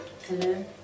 Hello